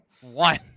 One